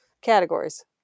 categories